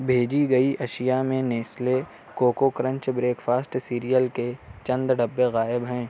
بھیجی گئی اشیا میں Nestle Koko Krunch breakfast cereal کے چند ڈبے غائب ہیں